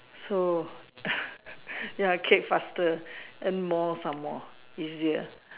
so ya cake faster earn more some more easier